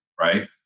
right